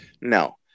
No